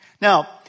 Now